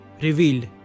revealed